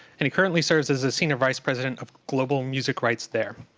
and he currently serves as the senior vice president of global music rights there.